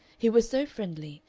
he was so friendly,